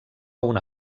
una